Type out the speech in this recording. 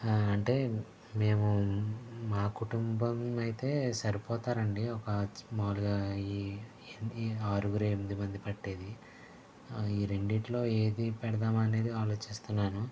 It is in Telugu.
అంటే మేము మా కుటుంబం అయితే సరిపోతారండి ఒక మామూలుగా ఈ ఆరుగురు ఎనిమిది మంది పెట్టేది ఈ రెండిట్లో ఏది పెడదాము అనేది ఆలోచిస్తున్నాను